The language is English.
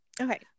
okay